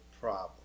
problem